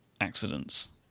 accidents